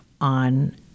on